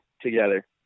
together